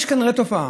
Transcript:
יש כנראה תופעה